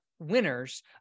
winners